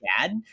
dad